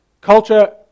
Culture